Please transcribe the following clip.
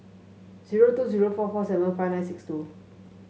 zero two zero four four seven five nine six two